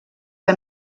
que